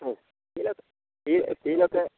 ആ സ്റ്റീലൊക്കെ